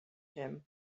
him